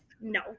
No